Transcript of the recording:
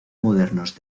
modernos